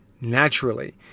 naturally